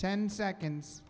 ten seconds